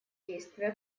действия